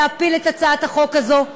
להפיל את הצעת החוק הזו,